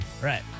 Right